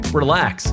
relax